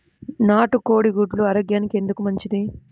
నాటు కోడి గుడ్లు ఆరోగ్యానికి ఎందుకు మంచిది?